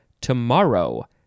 tomorrow